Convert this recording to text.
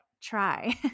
try